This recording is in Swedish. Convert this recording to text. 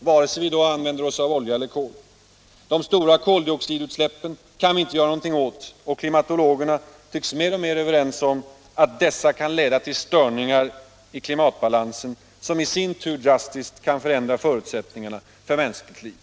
vare sig vi nu använder olja eller kol — för klimatbalansen på lång sikt? De stora koloxidutsläppen kan vi inte göra någonting åt, och klimatologerna tycks vara mer och mer överens om att dessa kan leda till störningar i klimatbalansen, som i sin tur drastiskt kan förändra förutsättningarna för mänskligt liv.